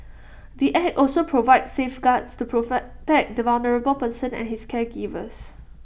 the act also provides safeguards to proffer that the vulnerable person and his caregivers